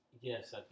Yes